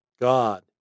God